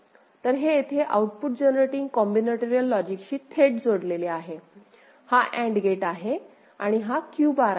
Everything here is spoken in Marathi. तर हे येथे आउटपुट जनरेटिंग कॉम्बिनेटोरिअल लॉजिकशी थेट जोडलेले आहे हा AND गेट आणि हा Q बार आहे